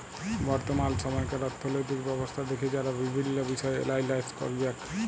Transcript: বর্তমাল সময়কার অথ্থলৈতিক ব্যবস্থা দ্যাখে যারা বিভিল্ল্য বিষয় এলালাইস ক্যরবেক